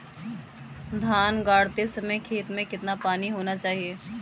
धान गाड़ते समय खेत में कितना पानी होना चाहिए?